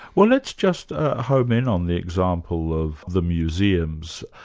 well let's just ah home in on the example of the museums,